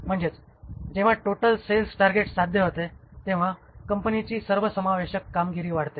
म्हणजेच जेव्हा total sales target साध्य होते तेव्हा कंपनीची सर्वसमावेशक कामगिरी वाढते